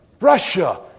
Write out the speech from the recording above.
Russia